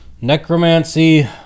necromancy